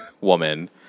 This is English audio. woman